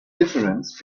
difference